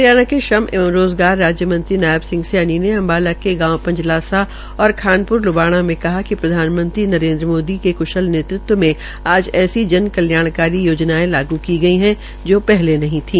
हरियाणा के श्रम एवं रोज़गार राज्य मंत्री नायब सिंह सैनी ने अम्बाला के गांव पंजलासा और खानप्र ल्बाणा में कहा कि प्रधानमंत्री नरेन्द्र मोदी के क्शल नेतृत्व में आज ऐसी जल कल्याणकारी योजनायें लागू की गई है जो पहले नहीं थी